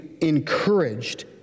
encouraged